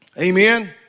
Amen